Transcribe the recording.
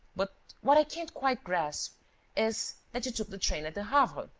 but what i can't quite grasp is that you took the train at the havre.